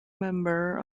member